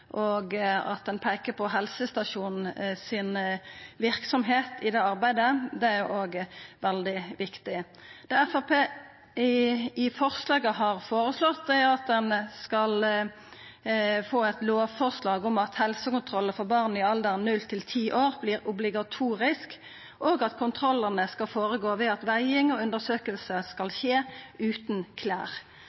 og at ein peikar på verksemda til helsestasjonen i det arbeidet, er òg veldig viktig. Det Framstegspartiet har føreslått i forslaget, er at ein skal få eit lovforslag om at helsekontrollar for barn i alderen null til ti år vert obligatoriske, og at kontrollane skal gå føre seg ved at veging og undersøkingar skal skje utan